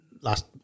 last